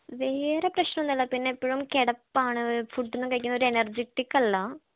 വേറെ പ്രശ്നമൊന്നും ഇല്ല പിന്നെ എപ്പോഴും കിടപ്പാണ് ഫുഡൊന്നും കഴിക്കാൻ ഒരു എനെർജിറ്റിക്കല്ലാ